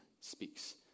speaks